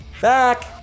Back